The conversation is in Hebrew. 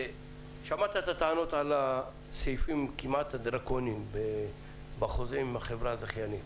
שמעת את הטענות על הסעיפים הכמעט דרקוניים בחוזה עם החברה הזכיינית.